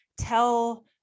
tell